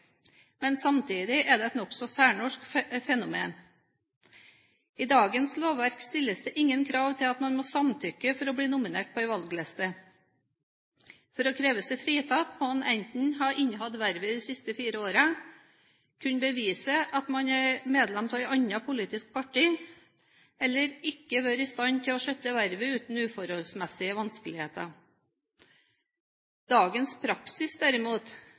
men samtidig er det et nokså særnorsk fenomen. I dagens lovverk stilles det ingen krav til at man må samtykke for å bli nominert på en valgliste. For å kreve seg fritatt må man enten ha innehatt vervet de siste fire årene, kunne bevise at man er medlem av et annet politisk parti, eller ikke være i stand til å skjøtte vervet uten uforholdsmessige vanskeligheter. Dagens praksis derimot